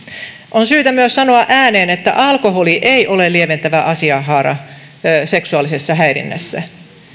on syytä myös sanoa ääneen että alkoholi ei ole lieventävä asianhaara seksuaalisessa häirinnässä